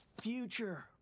Future